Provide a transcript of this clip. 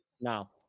Now